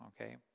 okay